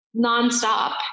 nonstop